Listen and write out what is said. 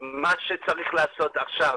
שצריך לעשות עכשיו